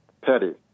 Petty